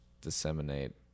disseminate